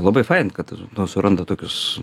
labai fain kad nu suranda tokius